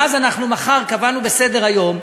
ואז, מחר, קבענו בסדר-היום,